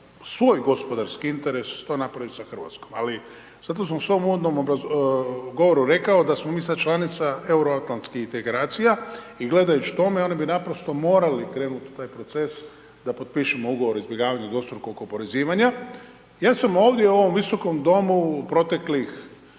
svoj gospodarski interes to napraviti sa Hrvatskom, ali zato sam u svom uvodnom govoru rekao da smo mi sad članica Euroatlantskih integracija i gledajući tome, oni bi naprosto morali krenuti u taj proces da potpišemo ugovor o izbjegavanju dvostrukog oporezivanja. Ja sam ovdje, u ovom visokom domu u proteklih